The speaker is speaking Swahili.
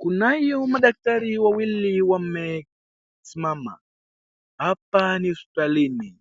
Kunao madaktari wawili wamesimama. Hapa ni hospitalini.